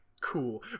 cool